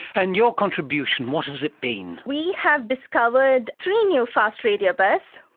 and your contribution, what has it been? we have discovered three new fast radio bursts.